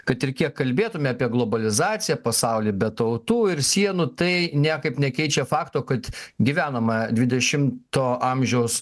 kad ir kiek kalbėtume apie globalizaciją pasaulį be tautų ir sienų tai niekaip nekeičia fakto kad gyvenama dvidešimto amžiaus